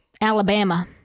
Alabama